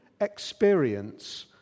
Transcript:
experience